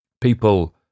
people